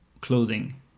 clothing